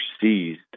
seized